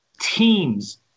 teams